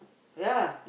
ya